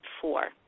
four